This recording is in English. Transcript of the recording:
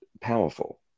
powerful